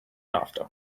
after